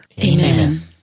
Amen